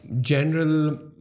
general